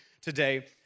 today